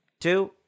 two